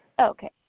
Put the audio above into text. Okay